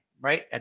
Right